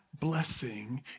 blessing